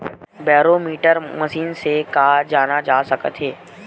Barometer machine से का जाना जा सकत हे?